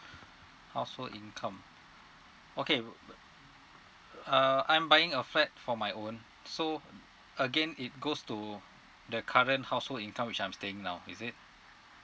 household income okay uh I'm buying a flat for my own so again it goes to the current household income which I'm staying now is it